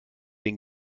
den